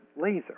laser